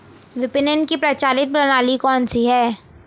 विपणन की प्रचलित प्रणाली कौनसी है?